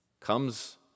comes